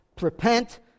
repent